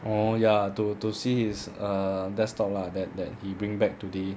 orh ya to to see his err desktop lah that that he bring back today